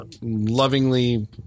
lovingly